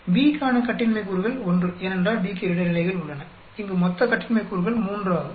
B க்கான கட்டின்மை கூறுகள் 1 ஏனென்றால் B க்கு 2 நிலைகள் உள்ளன இங்கு மொத்த கட்டின்மை கூறுகள் 3 ஆகும்